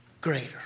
greater